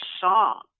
song